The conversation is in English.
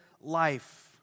life